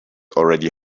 already